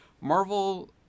Marvel